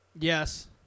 Yes